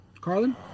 Carlin